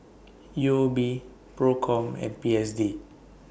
U O B PROCOM and P S D